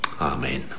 Amen